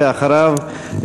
ואחריו,